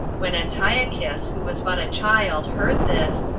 when antiochus, who was but a child, heard this,